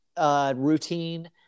Routine